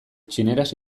txineraz